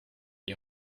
die